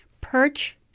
Perch